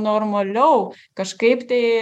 normaliau kažkaip tai